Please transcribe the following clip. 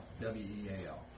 w-e-a-l